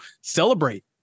celebrate